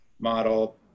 model